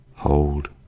hold